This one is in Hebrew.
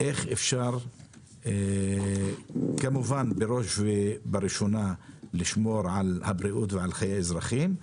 איך אפשר בראש ובראשונה לשמור על הבריאות ועל חיי האזרחים,